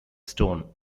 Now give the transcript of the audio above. stone